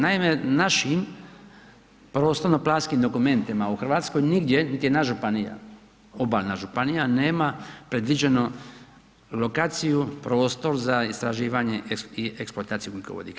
Naime, našim prostorno-planskim dokumentima u Hrvatskoj nigdje niti jedna županija, obalna županija nema predviđenu lokaciju, prostor za istraživanje i eksploataciju ugljikovodika.